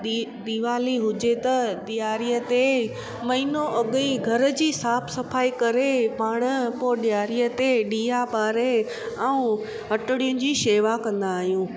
दी दीवाली हुजे त ॾियारीअ ते महीनो अॻ ई साफ़ सफाई करे पोइ पाण ॾियारीअ ते ॾिया ॿारे ऐं हटड़ियुनि जी शेवा कंदा आहियूं